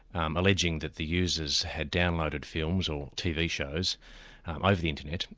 um alleging that the users had downloaded films or tv shows over the internet,